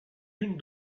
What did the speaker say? une